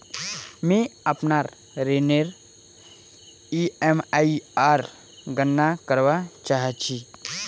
मि अपनार ऋणनेर ईएमआईर गणना करवा चहा छी